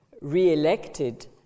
re-elected